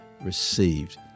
received